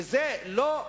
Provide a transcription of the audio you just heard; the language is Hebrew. ולא זאת הכוונה.